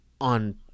on